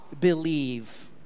believe